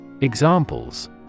Examples